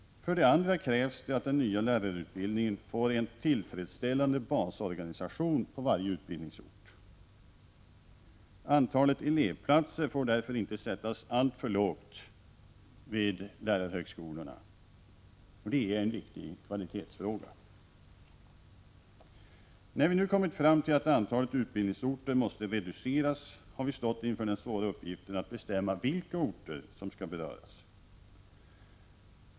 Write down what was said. För det andra krävs att den nya lärarutbildningen får en tillfredsställande basorganisation på varje utbildningsort. Antalet elevplatser får därför inte sättas alltför lågt vid lärarhögskolorna. Det är en viktig kvalitetsfråga. När vi kommit fram till att antalet utbildningsorter måste reduceras, har vi stått inför den svåra uppgiften att bestämma vilka orter som skall beröras.